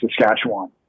Saskatchewan